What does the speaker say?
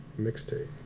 Mixtape